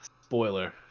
Spoiler